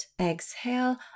exhale